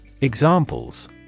Examples